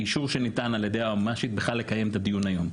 אישור שניתן על ידי היועמ"שית בכלל לקיים את הדיון היום.